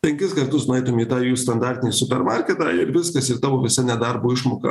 penkis kartus nueitum į tą jų standartinį super matrketą ir viskas ir tavo visa nedarbo išmoka